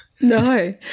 No